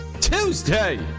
tuesday